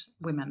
women